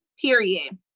Period